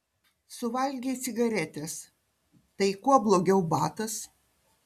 suvalgei cigaretes tai kuo blogiau batas